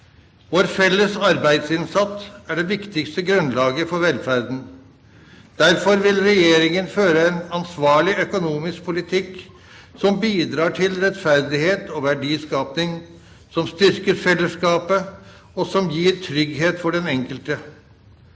Vår felles arbeidsinnsats er det viktigste grunnlaget for velferden. Derfor vil regjeringen føre en ansvarlig økonomisk politikk som bidrar til rettferdighet og verdiskaping, som styrker fellesskapet og som gir trygghet for den enkelte.